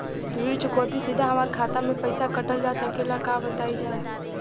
ऋण चुकौती सीधा हमार खाता से पैसा कटल जा सकेला का बताई जा?